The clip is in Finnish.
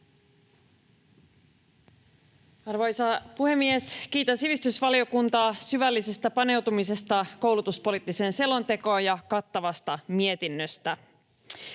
Arvoisa puhemies! Kiitän sivistysvaliokuntaa syvällisestä paneutumisesta koulutuspoliittiseen selontekoon ja kattavasta mietinnöstä.